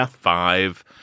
five